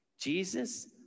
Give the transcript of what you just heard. Jesus